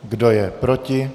Kdo je proti?